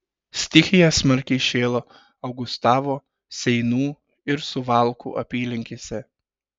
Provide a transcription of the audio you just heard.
stichija smarkiai šėlo augustavo seinų ir suvalkų apylinkėse